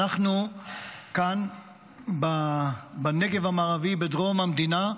אנחנו כאן בנגב המערבי בדרום המדינה,